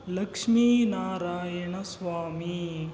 Lakshmi Narayana Swami